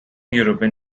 european